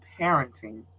parenting